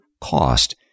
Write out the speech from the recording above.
cost